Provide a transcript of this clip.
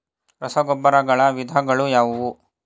ರಸಗೊಬ್ಬರಗಳ ವಿಧಗಳು ಯಾವುವು?